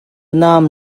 nam